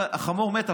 החמור מת.